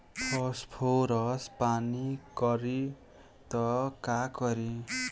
Phosphorus पान करी त का करी?